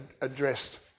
addressed